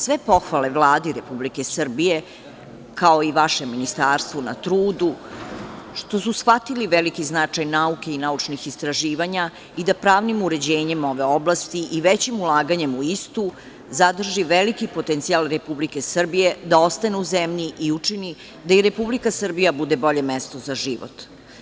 Sve pohvale Vladi Republike Srbije kao i vašem ministarstvu na trudu što su shvatili veliki značaj nauke i naučnih istraživanja i da pravnim uređenjem ove oblasti i većim ulaganjem u istu zadrži veliki potencijal Republike Srbije da ostane u zemlji i učini da i Republika Srbija bude bolje mesto za život.